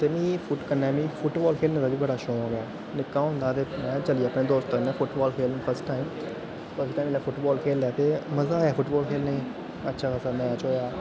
ते मीं फ्ही कन्नै फुटवाल खेलने दा बी बड़ा शौंक ऐ निक्का होंदा हा ते में चलिया अपने दोस्तें कन्नै फुटवाल खेलन फर्स्ट टाइम फर्स्ट टाइम जिसलै फुटवाल खेलेआ ते मजा आया फुटवाल खेलने गी अच्छा खासा मैच होएआ